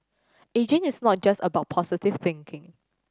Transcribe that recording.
ageing is not just about positive thinking